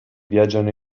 viaggiano